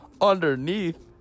Underneath